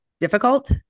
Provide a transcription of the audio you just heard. difficult